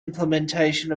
implementation